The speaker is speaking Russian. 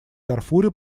дарфуре